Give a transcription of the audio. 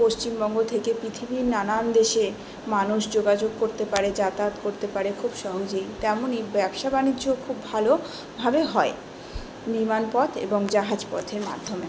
পশ্চিমবঙ্গ থেকে পৃথিবীর নানান দেশে মানুষ যোগাযোগ করতে পারে যাতায়াত করতে পারে খুব সহজেই তেমনই ব্যবসা বাণিজ্য খুব ভালোভাবে হয় বিমানপথ এবং জাহাজপথের মাধ্যমে